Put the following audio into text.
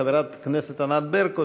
חברת הכנסת ענת ברקו,